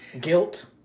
guilt